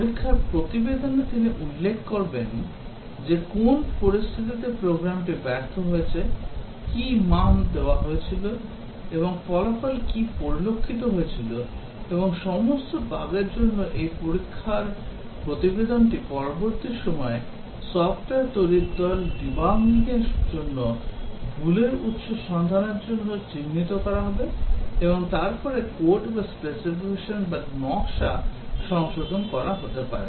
পরীক্ষার প্রতিবেদনে তিনি উল্লেখ করবেন যে কোন পরিস্থিতিতে প্রোগ্রামটি ব্যর্থ হয়েছে কি মান দেওয়া হয়েছিল এবং ফলাফল কী পরিলক্ষিত হয়েছিল এবং সমস্ত বাগের জন্য এই পরীক্ষার প্রতিবেদনটি পরবর্তী সময়ে সফটওয়্যার তৈরির দল ডিবাগিংয়ের জন্য ভুলের উৎস সন্ধানের জন্য চিহ্নিত করা হবে এবং তারপরে কোড বা স্পেসিফিকেশন বা নকশা সংশোধন করা হতে পারে